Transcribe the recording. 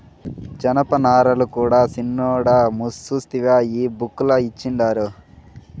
జనపనారల కూడా సిన్నోడా సూస్తివా ఈ బుక్ ల ఇచ్చిండారు